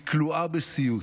היא כלואה בסיוט,